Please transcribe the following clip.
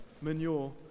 manure